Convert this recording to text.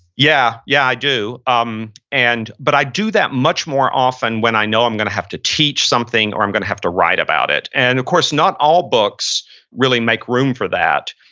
yeah. yeah, i do. um and but i do that much more often when i know i'm going to have to teach something or i'm going to have to write about it. and of course, not all books really make room for that.